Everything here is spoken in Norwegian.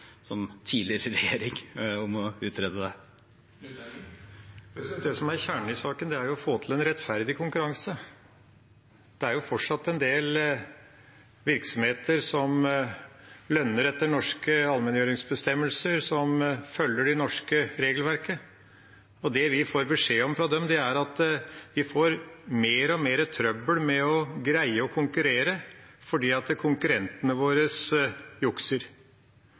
regjering. Det som er kjernen i saken, er jo å få til en rettferdig konkurranse. Det er fortsatt en del virksomheter som lønner etter norske allmenngjøringsbestemmelser, som følger det norske regelverket. Det vi får beskjed om fra dem, er at de får mer og mer trøbbel med å greie å konkurrere fordi konkurrentene jukser. Vi er klare på at